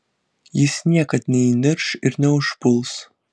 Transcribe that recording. jis niekad neįnirš ir neužpuls